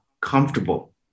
comfortable